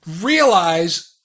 realize